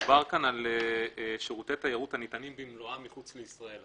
מדובר כאן על שירותי תיירות הניתנים במלואם מחוץ לישראל.